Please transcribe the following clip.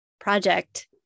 project